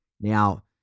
Now